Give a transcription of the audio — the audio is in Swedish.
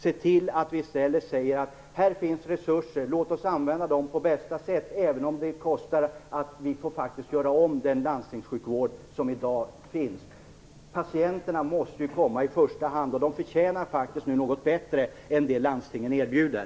Se till att vi i stället säger: Här finns resurser. Låt oss använda dem på bästa sätt, även om priset är att vi får göra om den landstingssjukvård som finns i dag. Patienterna måste ju komma i första hand, och de förtjänar faktiskt någonting bättre än det landstingen erbjuder.